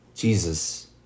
Jesus